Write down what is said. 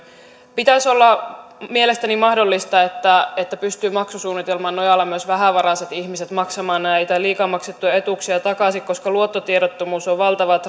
pitäisi olla mielestäni mahdollista että että maksusuunnitelman nojalla myös vähävaraiset ihmiset pystyvät maksamaan näitä liikaa maksettuja etuuksia takaisin koska luottotiedottomuus on valtava